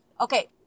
okay